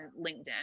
LinkedIn